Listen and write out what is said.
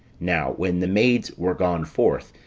now when the maids were gone forth,